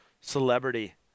celebrity